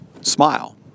smile